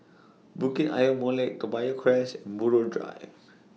Bukit Ayer Molek Toa Payoh Crest Buroh Drive